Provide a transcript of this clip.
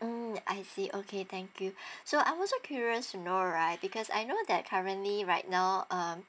mm I see okay thank you so I also curious you know right because I know that currently right now um